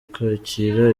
kwakira